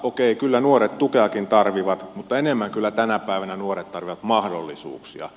okei kyllä nuoret tukeakin tarvitsevat mutta enemmän kyllä tänä päivänä nuoret tarvitsevat mahdollisuuksia